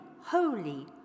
holy